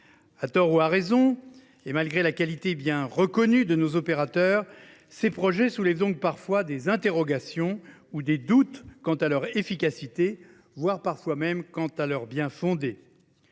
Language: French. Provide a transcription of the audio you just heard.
À tort ou à raison, et malgré la qualité bien reconnue de nos opérateurs, ces projets soulèvent donc parfois des interrogations ou des doutes quant à leur efficacité, voire quant à leur bien fondé.